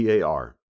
PAR